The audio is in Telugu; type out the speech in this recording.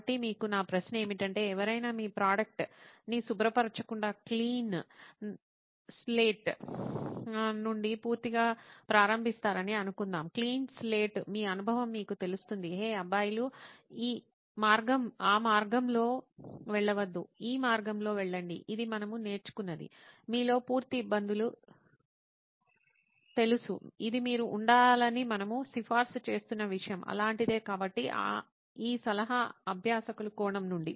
కాబట్టి మీకు నా ప్రశ్న ఏమిటంటే ఎవరైనా మీ ప్రోడక్ట్ ని శుభ్రపరచకుండా క్లీన్ స్లేట్ నుండి పూర్తిగా ప్రారంభిస్తారని అనుకుందాం క్లీన్ స్లేట్ మీ అనుభవం మీకు తెలుస్తుంది హే అబ్బాయిలు ఆ మార్గంలో వెళ్లవద్దు ఈ మార్గంలో వెళ్ళండి ఇది మనము నేర్చుకున్నది మీలో పూర్తి ఇబ్బందులు తెలుసు ఇది మీరు ఉండాలని మనము సిఫార్సు చేస్తున్న విషయం అలాంటిదే కాబట్టి ఈ సలహా అభ్యాసకుల కోణం నుండి